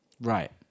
Right